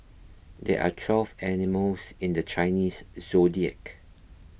there are twelve animals in the Chinese zodiac